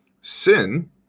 Sin